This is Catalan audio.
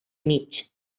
mig